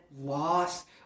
Lost